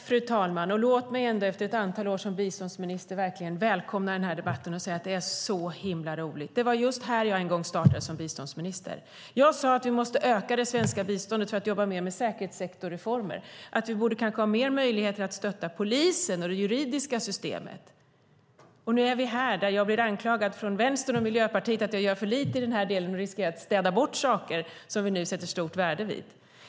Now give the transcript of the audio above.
Fru talman! Låt mig ändå efter ett antal år som biståndsminister verkligen välkomna den här debatten och säga att det är så roligt. Det var just här jag en gång startade som biståndsminister. Jag sade att vi måste öka det svenska biståndet för att jobba mer med säkerhetssektorsreformer, att vi kanske borde ha större möjligheter att stötta polisen och det juridiska systemet. Nu är vi här, där jag blir anklagad från Vänstern och Miljöpartiet för att jag gör för lite i den delen och riskerar att städa bort saker som vi nu sätter stort värde på.